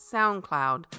SoundCloud